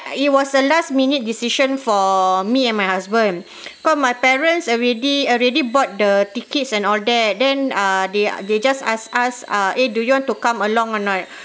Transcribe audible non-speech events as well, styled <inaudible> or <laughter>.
it was a last minute decision for me and my husband <breath> cause my parents already already bought the tickets and all that then uh they are they just asked us ah eh do you want to come along or not